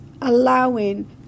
allowing